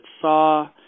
saw